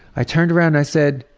i turned around, i said,